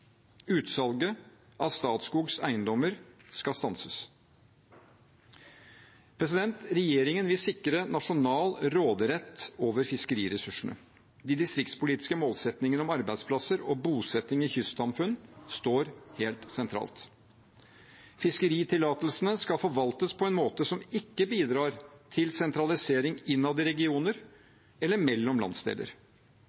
Utsalget av Statskogs eiendommer skal stanses. Regjeringen vil sikre nasjonal råderett over fiskeriressursene. De distriktspolitiske målsettingene om arbeidsplasser og bosetting i kystsamfunn står helt sentralt. Fiskeritillatelsene skal forvaltes på en måte som ikke bidrar til sentralisering innad i regioner